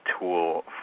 tool